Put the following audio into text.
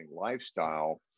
lifestyle